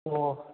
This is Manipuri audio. ꯑꯣ